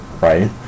right